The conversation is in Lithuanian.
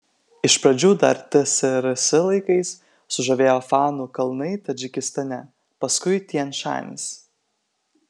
iš pradžių dar tsrs laikais sužavėjo fanų kalnai tadžikistane paskui tian šanis